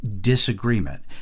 disagreement